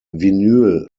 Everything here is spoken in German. vinyl